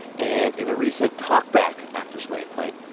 and in a recent talk back after slave play,